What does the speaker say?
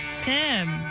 Tim